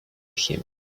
him